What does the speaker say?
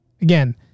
Again